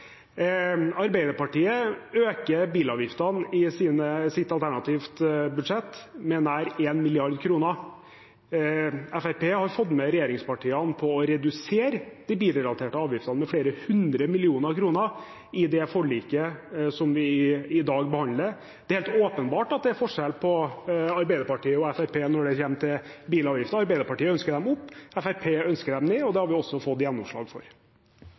Arbeiderpartiet øker bilavgiftene i sitt alternative budsjett med nær 1 mrd. kr. Fremskrittspartiet har fått med regjeringspartiene på å redusere de bilrelaterte avgiftene med flere hundre millioner kroner i det forliket som vi behandler i dag. Det er en helt åpenbar forskjell mellom Arbeiderpartiet og Fremskrittspartiet når det kommer til bilavgifter. Arbeiderpartiet ønsker dem opp. Fremskrittspartiet ønsker dem ned, og det har vi fått gjennomslag for.